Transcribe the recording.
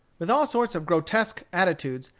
with all sorts of grotesque attitudes,